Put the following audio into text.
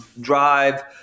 drive